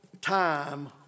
time